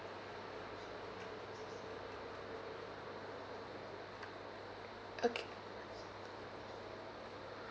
okay